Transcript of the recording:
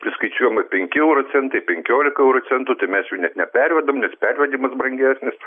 priskaičiuojama penki eurocentai penkiolika eurocentų tai mes jų net nepervedam nes pervedimas brangesnis